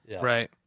Right